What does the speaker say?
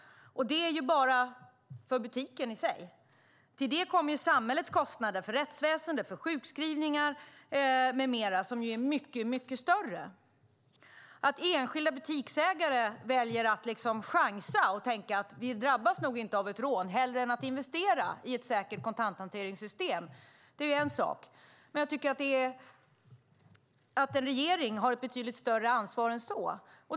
Det är bara för butiken i sig. Till det kommer samhällets kostnader för rättsväsen, sjukskrivningar med mera som är mycket större. Att enskilda butiksägare väljer att chansa och tänka "Vi drabbas nog inte av ett rån" hellre än att investera i ett säkert kontanthanteringssystem är en sak. Men en regering har ett betydligt större ansvar än så.